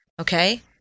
Okay